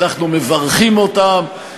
ואנחנו מברכים אותם,